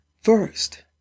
first